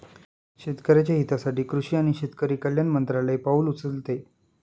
शेतकऱ्याच्या हितासाठी कृषी आणि शेतकरी कल्याण मंत्रालय पाउल उचलते